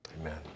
Amen